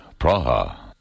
Praha